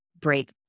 break